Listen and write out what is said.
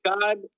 God